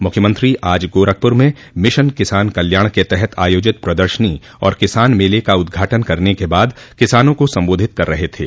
मुख्यमंत्री आज गोरखपुर में मिशन किसान कल्याण के तहत आयोजित प्रदर्शनी और किसान मेले का उद्घाटन करने के बाद किसाना को संबोधित कर रहे थे